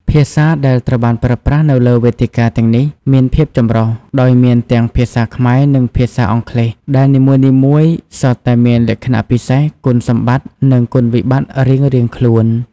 ភាសាដែលត្រូវបានប្រើប្រាស់នៅលើវេទិកាទាំងនេះមានភាពចម្រុះ ដោយមានទាំងភាសាខ្មែរ និងភាសាអង់គ្លេស ដែលនីមួយៗសុទ្ធតែមានលក្ខណៈពិសេស គុណសម្បត្តិ និងគុណវិបត្តិរៀងៗខ្លួន។